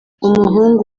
umuhungu